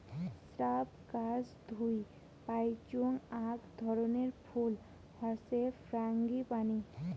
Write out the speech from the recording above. shrub গাছ থুই পাইচুঙ আক ধরণের ফুল হসে ফ্রাঙ্গিপানি